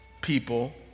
people